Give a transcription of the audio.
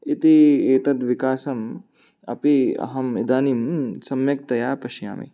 इति एतद् विकासम् अपि अहम् इदानीं सम्यक्तया पश्यामि